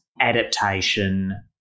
adaptation